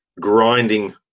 grinding